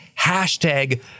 hashtag